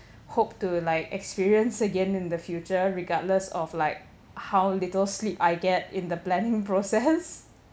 hope to like experience again in the future regardless of like how little sleep I get in the planning process